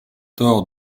tort